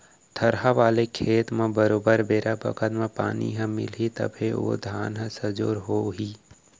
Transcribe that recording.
थरहा वाले खेत म बरोबर बेरा बखत म पानी ह मिलही तभे ओ धान ह सजोर हो ही